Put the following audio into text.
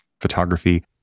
photography